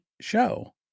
show